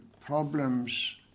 problems